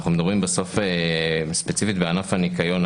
אנחנו מדברים בסוף ספציפית על ענף הניקיון,